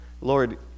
Lord